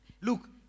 Look